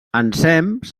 ensems